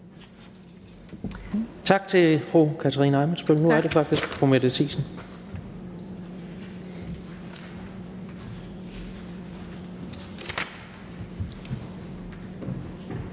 Tak til fru Katarina Ammitzbøll. Nu er det faktisk fru Mette Thiesen.